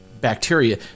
bacteria